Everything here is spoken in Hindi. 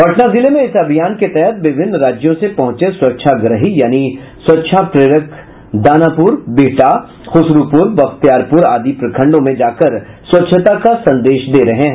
पटना जिले में इस अभियान के तहत विभिन्न राज्यों से पहुंचे स्वच्छाग्रही यानि स्वच्छा प्रेरक दानापुर बिहटा खुशरूपुर बख्तियारपुर आदि प्रखण्डों में जाकर स्वच्छता का संदेश दे रहे हैं